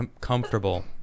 comfortable